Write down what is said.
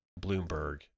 Bloomberg